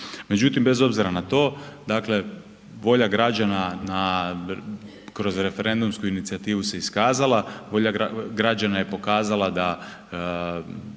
Međutim, bez obzira na to, dakle, volja građana na kroz referendumsku inicijativu se iskazala, volja građana je pokazala da